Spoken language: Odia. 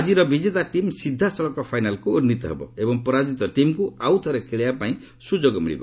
ଆଜିର ବିଜେତା ଟିମ୍ ସିଧାସଳଖ ଫାଇନାଲ୍କୁ ଉନ୍ନୀତ ହେବ ଏବଂ ପରାଜିତ ଟିମ୍କୁ ଆଉ ଥରେ ଖେଳିବାପାଇଁ ସୁଯୋଗ ମିଳିବ